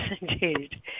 indeed